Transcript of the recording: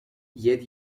yet